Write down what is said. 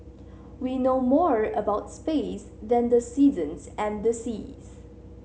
we know more about space than the seasons and the seas